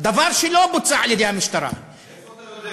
דבר שלא בוצע על-ידי המשטרה, מאיפה אתה יודע?